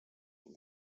can